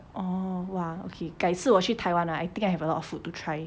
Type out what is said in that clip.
oh !wah! okay 改次我去 taiwan ah I think I have a lot of food to try